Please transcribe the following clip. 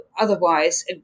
Otherwise